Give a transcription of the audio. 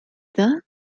that